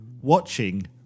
watching